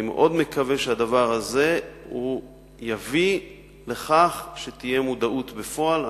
אני מאוד מקווה שהדבר הזה יביא לכך שתהיה מודעות בפועל.